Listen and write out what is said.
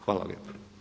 Hvala lijepo.